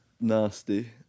nasty